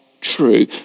true